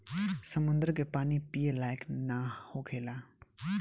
समुंद्र के पानी पिए लायक ना होखेला